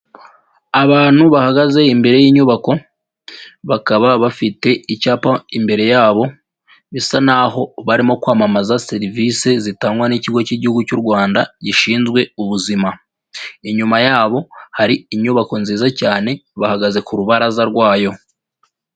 Abantu bahagaze imbere y'inyubako, bakaba bafite icyapa imbere yabo, bisa naho barimo kwamamaza serivisi zitangwa n'Ikigo cy Igihugu cy'u Rwanda gishinzwe ubuzima. Inyuma yabo hari inyubako nziza cyane ,bahagaze ku rubaraza rwayo.